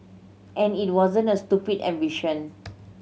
and it wasn't a stupid ambition